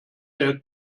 der